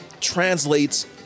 translates